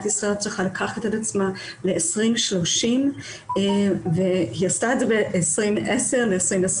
ישראל צריכה לקחת על עצמה ל-2030 והיא עשתה זאת ב-2010 וב-2020.